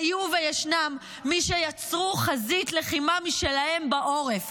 היו וישנם מי שיצרו חזית לחימה משלהם בעורף,